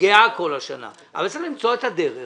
נפגעה כל השנה אבל צריך למצוא את הדרך.